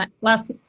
last